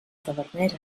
tavernera